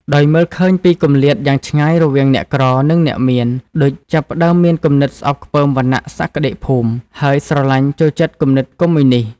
ដោយមើលឃើញពីគម្លាតយ៉ាងឆ្ងាយរវាងអ្នកក្រ និងអ្នកមាន ឌុចចាប់ផ្តើមមានគំនិតស្អប់ខ្ពើមវណ្ណៈសក្តិភូមិ ហើយស្រឡាញ់ចូលចិត្តគំនិតកុម្មុយនីស្ត។